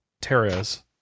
terras